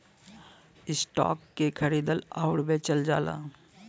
stock के खरीदल आउर बेचल जाला